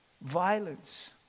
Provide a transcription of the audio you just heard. violence